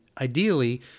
ideally